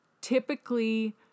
Typically